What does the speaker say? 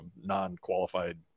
non-qualified